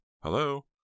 Hello